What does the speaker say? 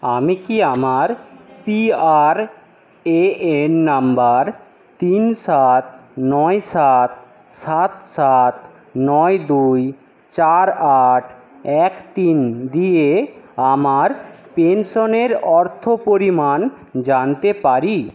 আমি কি আমার P R A N number তিন সাত নয় সাত সাত সাত নয় দুই চার আট এক তিন দিয়ে আমার পেনশনের অর্থ পরিমাণ জানতে পারি